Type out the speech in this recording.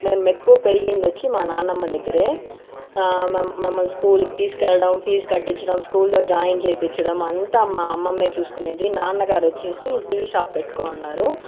మేము ఎక్కువ పెరిగింది వచ్చి మా నాన్నమ్మ దగ్గరే మమ్ మమ్మల్ని స్కూల్కి తీసుకెళ్ళడం ఫీజ్ కట్టించడం స్కూల్లో జాయిన్ చేపించడం అంతా మా అమ్మ చూసుకొనేది నాన్నగారు వచ్చి టీ షాప్ పెట్టుకోని వున్నారు